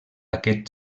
aquest